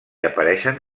apareixen